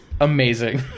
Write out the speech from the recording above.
amazing